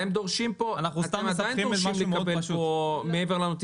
אז אדם מבקש לייבא תמרוק